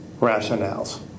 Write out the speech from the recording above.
rationales